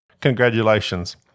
congratulations